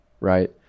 right